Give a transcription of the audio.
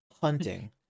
hunting